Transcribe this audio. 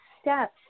steps